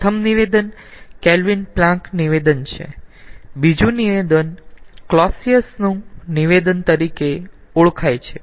પ્રથમ નિવેદન Kelvin Planck નિવેદન છે બીજું નિવેદન કલોસીયસ નું નિવેદન તરીકે ઓળખાય છે